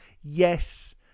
Yes